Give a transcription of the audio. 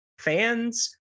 Fans